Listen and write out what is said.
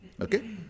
okay